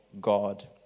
God